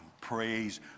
Praise